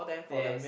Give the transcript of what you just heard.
yes